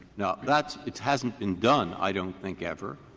now, that it hasn't been done, i don't think, ever.